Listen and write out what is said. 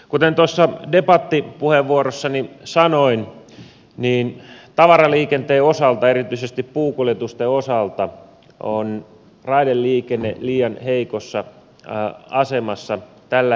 kuten tuossa debattipuheenvuorossani sanoin niin tavaraliikenteen osalta erityisesti puunkuljetusten osalta on raideliikenne liian heikossa asemassa tällä hetkellä